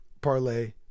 parlay